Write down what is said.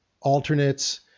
alternates